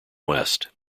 west